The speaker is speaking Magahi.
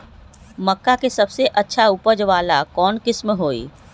मक्का के सबसे अच्छा उपज वाला कौन किस्म होई?